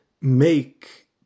make